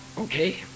Okay